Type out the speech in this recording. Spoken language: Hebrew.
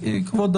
רק שאתה חושב שבזה